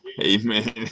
Amen